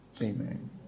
Amen